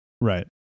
Right